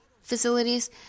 facilities